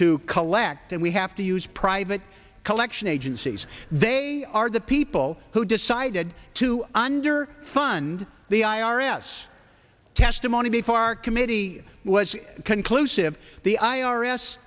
to collect and we have to use private collection agencies they are the people who decided to under fund the i r s testimony before our committee was conclusive the i